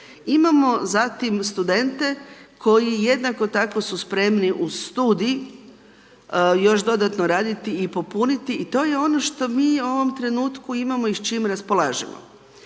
Imamo zatim studente koji jednako tako su spremni uz studij još dodatno raditi i popuniti i to je ono što mi u ovom trenutku imamo i s čim raspolažemo.